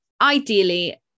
ideally